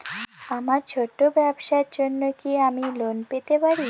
আমার ছোট্ট ব্যাবসার জন্য কি আমি লোন পেতে পারি?